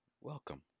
welcome